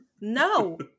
No